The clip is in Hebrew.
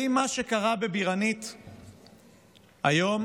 מה שקרה בבירנית היום,